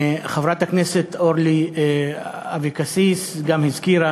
חברת הכנסת אורלי אבקסיס גם הזכירה